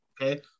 okay